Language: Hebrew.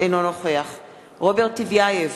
אינו נוכח רוברט טיבייב,